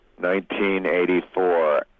1984